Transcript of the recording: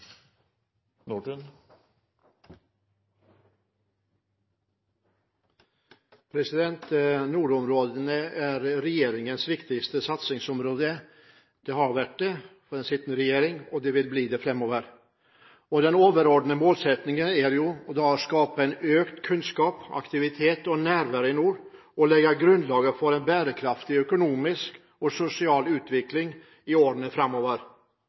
omme. Nordområdene er regjeringens viktigste satsingsområde. Det har vært det for den sittende regjering, og det vil bli det framover. Den overordnede målsettingen er å skape økt kunnskap, aktivitet og nærvær i nord, og å legge grunnlaget for en bærekraftig økonomisk og sosial utvikling i årene